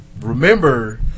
remember